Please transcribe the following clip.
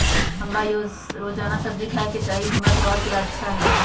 हमरा रोजाना सब्जिया खाय के चाहिए ई हमर स्वास्थ्य ला अच्छा हई